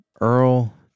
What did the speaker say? Earl